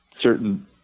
certain